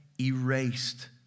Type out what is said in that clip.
erased